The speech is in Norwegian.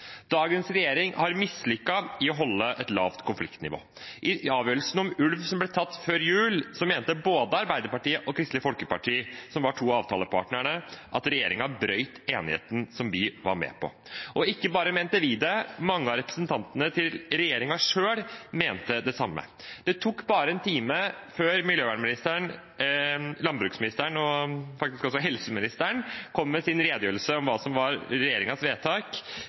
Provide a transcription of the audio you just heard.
Dagens regjering har mislyktes i å holde et lavt konfliktnivå. I avgjørelsene om ulv som ble tatt før jul, mente både Arbeiderpartiet og Kristelig Folkeparti, som var to av avtalepartnerne, at regjeringen brøt enigheten som vi var med på. Ikke bare vi mente det; mange av regjeringspartienes representanter mente det samme. Det tok bare én time før miljøvernministeren, landbruksministeren og faktisk også helseministeren kom med sine redegjørelser om hva som var regjeringens vedtak,